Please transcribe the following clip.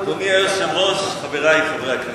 אדוני היושב-ראש, חברי חברי הכנסת,